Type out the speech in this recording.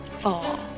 fall